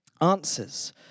answers